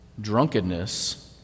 drunkenness